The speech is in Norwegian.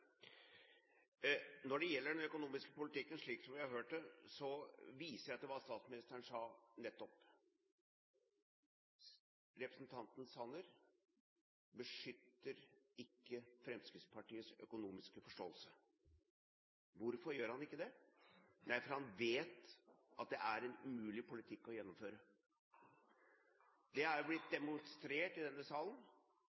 viser jeg til hva statsministeren nettopp sa. Representanten Sanner beskytter ikke Fremskrittspartiets økonomiske forståelse. Hvorfor gjør han ikke det? Nei, for han vet at det er en umulig politikk å gjennomføre. Det er blitt demonstrert i denne salen og er en av de